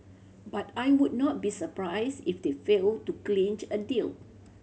but I would not be surprised if they fail to clinch a deal